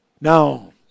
Now